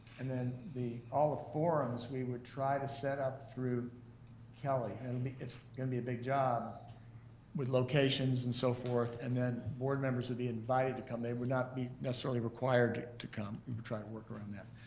and then the all the forums we would try to set up through kelly, and and it's gonna be a big job with locations and so forth. and then, board members would be invited to come. they would not be necessarily required to come, and we'll try to work around that.